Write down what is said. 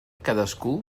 cadascú